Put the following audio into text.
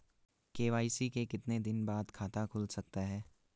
KYC के कितने दिन बाद खाता खुल सकता है?